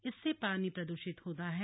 इससे पानी प्रदूषित हो रहा है